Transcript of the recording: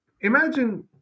Imagine